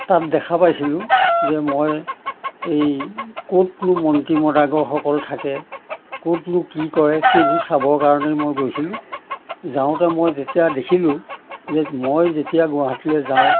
তাত দেখা পাইছিলোঁ যে মই এই ক'তনো মন্ত্ৰী মদাগৰসকল থাকে ক'তনো কি কৰে সেইবোৰ চাবৰ কাৰণে মই গৈছিলোঁ যাওঁতে মই তেতিয়া দেখিলোঁ যে মই যেতিয়া গুৱাহাটীলৈ যাওঁ